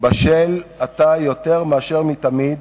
בשל עתה יותר מאשר תמיד